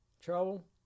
Trouble